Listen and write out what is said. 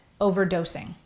overdosing